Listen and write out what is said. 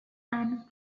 and